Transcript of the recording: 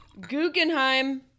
Guggenheim